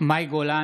בעד מאי גולן,